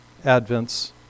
Advents